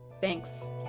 thanks